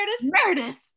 meredith